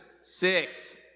six